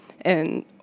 And-